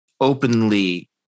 openly